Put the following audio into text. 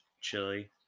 chili